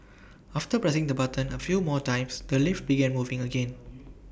after pressing the button A few more times the lift began moving again